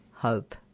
hope